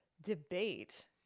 debate